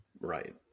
Right